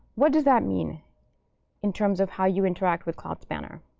what does that mean in terms of how you interact with cloud spanner?